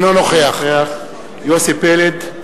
אינו נוכח יוסי פלד,